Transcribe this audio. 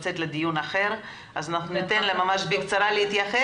לדיון אחר, אז ניתן לו להתייחס.